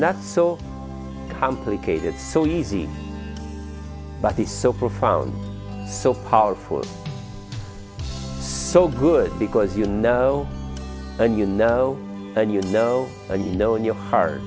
not so complicated so easy but he's so profound silk powerful so good because you know and you know and you know and you know in your heart